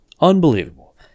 Unbelievable